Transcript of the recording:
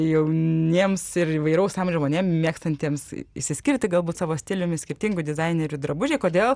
jauniems ir įvairaus amžiaus žmonėm mėgstantiems išsiskirti galbūt savo stiliumi skirtingų dizainerių drabužiai kodėl